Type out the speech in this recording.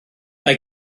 mae